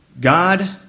God